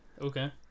Okay